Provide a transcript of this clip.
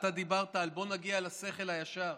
אתה דיברת על "בוא נגיע לשכל הישר".